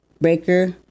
Breaker